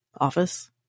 office